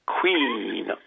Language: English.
queen